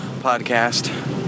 Podcast